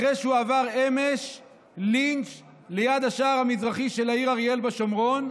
אחרי שהוא עבר אמש לינץ' ליד השער המזרחי של העיר אריאל בשומרון,